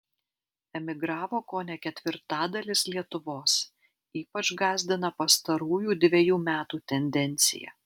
emigravo kone ketvirtadalis lietuvos ypač gąsdina pastarųjų dvejų metų tendencija